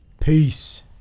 Peace